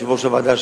יושב-ראש הוועדה,